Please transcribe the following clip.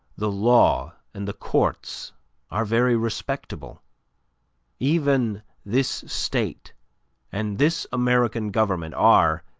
the law and the courts are very respectable even this state and this american government are,